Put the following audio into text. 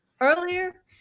earlier